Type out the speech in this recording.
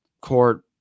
court